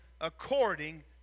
according